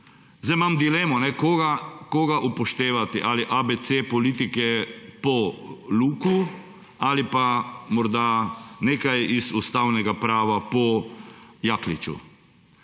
zdaj imam dilemo, koga upoštevati ali ABC politike po Luku ali pa morda nekaj iz ustavnega prava po Jakliču.